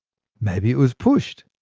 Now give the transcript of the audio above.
maybe it was pushed.